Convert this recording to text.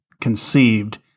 conceived